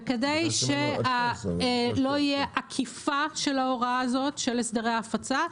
וכדי שלא תהיה עקיפה של ההוראה הזאת של הסדרי ההפצה,